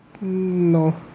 No